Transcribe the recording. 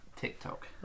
TikTok